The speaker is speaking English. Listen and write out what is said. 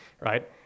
right